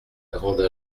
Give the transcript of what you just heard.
grande